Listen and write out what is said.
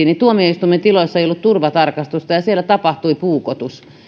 niin tuomioistuimen tiloissa ei ollut turvatarkastusta ja siellä tapahtui puukotus